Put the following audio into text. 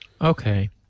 Okay